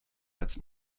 als